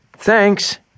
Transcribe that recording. Thanks